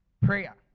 prayer